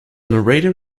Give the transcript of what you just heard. narrator